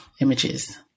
images